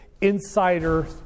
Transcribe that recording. insider